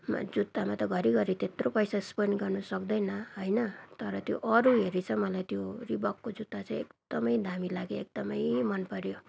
मा जुत्तामा त घरी घरी त्यत्रो पैसा स्पेन्ड गर्नु सक्दैन होइन तर त्यो अरू हेरी चाहिँ मलाई त्यो रिबोकको जुत्ता चाहिँ एकदम दामी लाग्यो एकदम मन पर्यो